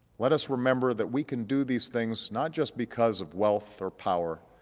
let us remember that we can do these things not just because of wealth or power,